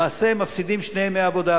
למעשה הם מפסידים שני ימי עבודה,